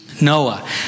Noah